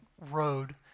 road